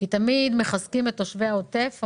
תמיד מחזקים את תושבי העוטף,